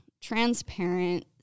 transparent